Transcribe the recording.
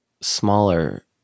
smaller